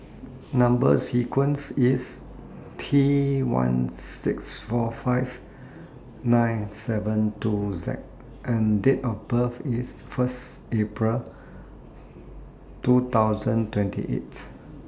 Number sequence IS T one six four five nine seven two Z and Date of birth IS First April two thousand twenty eight